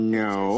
no